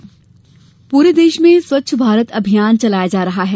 स्वच्छ भारत पूरे देश में स्वच्छ भारत अभियान चलाया जा रहा है